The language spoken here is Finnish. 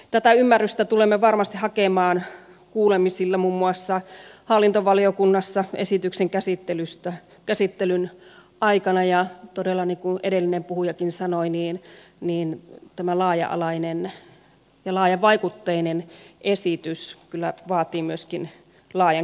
tätä ymmärrystä tulemme varmasti hakemaan kuulemisilla muun muassa hallintovaliokunnassa esityksen käsittelyn aikana ja todella niin kuin edellinen puhujakin sanoi tämä laaja alainen ja laajavaikutteinen esitys kyllä vaatii myöskin laajan käsittelyn täällä